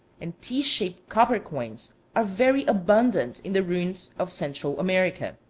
and t-shaped copper coins are very abundant in the ruins of central america.